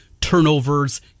turnovers